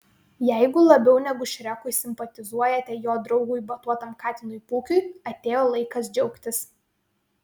jeigu labiau negu šrekui simpatizuojate jo draugui batuotam katinui pūkiui atėjo laikas džiaugtis